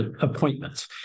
appointments